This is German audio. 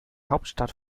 hauptstadt